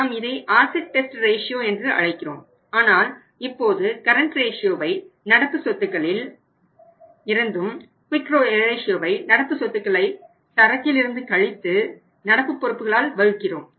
நாம் இதை acid test ratio நடப்பு சொத்துக்களை சரக்கிலிருந்து கழித்து நடப்பு பொறுப்புகளால் வகுக்கிறோம்